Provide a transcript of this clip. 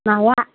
नाया